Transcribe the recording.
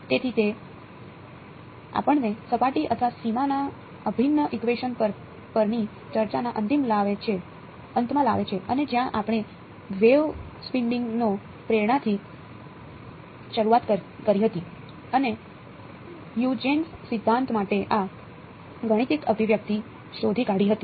તેથી તે આપણને સપાટી અથવા સીમાના અભિન્ન ઇકવેશન પરની ચર્ચાના અંતમાં લાવે છે અને જ્યાં આપણે વેવ સપેન્ડિંગની પ્રેરણાથી શરૂઆત કરી હતી અને હ્યુજેન્સ સિદ્ધાંત માટે આ ગાણિતિક અભિવ્યક્તિ શોધી કાઢી હતી